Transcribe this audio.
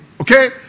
okay